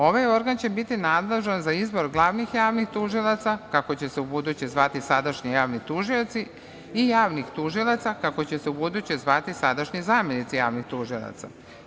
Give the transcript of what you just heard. Ovaj organ će biti nadležan za izbor glavnih javnih tužilaca, kako će se ubuduće zvati sadašnji javni tužioci, i javnih tužilaca, kako će se ubuduće zvati sadašnji zamenici javnih tužilaca.